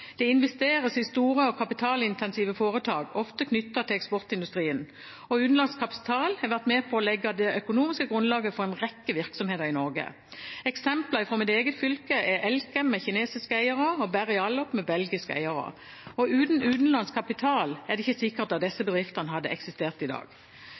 Det investeres i store og kapitalintensive foretak, ofte knyttet til eksportindustrien. Og utenlandsk kapital har vært med på å legge det økonomiske grunnlaget for en rekke virksomheter i Norge. Eksempler fra mitt eget fylke er Elkem, med kinesiske eiere, og Berryalloc med belgiske eiere. Uten utenlandsk kapital er det ikke sikkert at disse bedriftene hadde eksistert i dag.